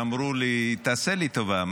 ואמרו לי: תעשה לנו טובה,